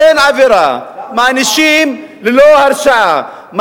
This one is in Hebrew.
אין עבירה, מענישים ללא הרשעה.